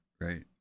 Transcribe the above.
right